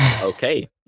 Okay